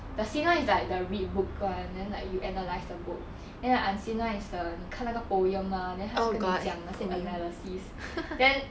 the seen [one] is like the read book [one] and then like you analyse the book and the unseen [one] is the 你看那个 poem lah then 他会跟你讲那些 analysis then